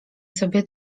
sobie